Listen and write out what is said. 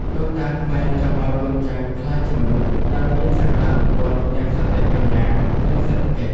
ដូនតាខ្មែរចង់ឱ្យកូនចៅក្លាយជាមនុស្សដែលមានសក្តានុពលទាំងសតិបញ្ញា និងសេដ្ឋកិច្ច។